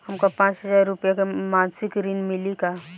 हमका पांच हज़ार रूपया के मासिक ऋण मिली का?